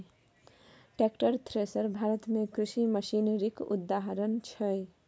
tractor, thresher Bharat मे कृषि मशीनरीक उदाहरण छै